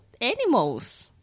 animals